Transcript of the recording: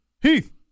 Heath